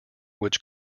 which